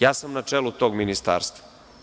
Ja sam na čelu tog ministarstva.